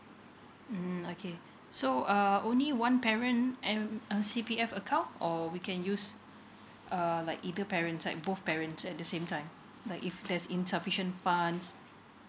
mm okay so um only one parent and a C_P_F account or we can use err like either parent's like both parents at the same time like if there's insufficient funds